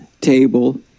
table